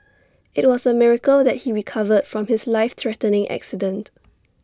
IT was A miracle that he recovered from his life threatening accident